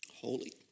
holy